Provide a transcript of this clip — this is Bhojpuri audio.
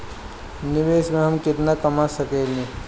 निवेश से हम केतना कमा सकेनी?